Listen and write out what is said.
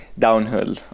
Downhill